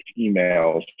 emails